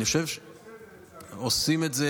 הוא עושה את זה,